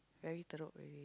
very teruk already